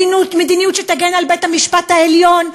מדיניות שתגן על בית-המשפט העליון,